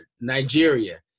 Nigeria